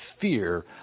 fear